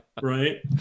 right